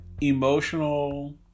emotional